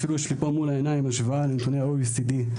יש לי פה מול העיניים השוואה לנתוני ה-OECD.